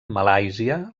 malàisia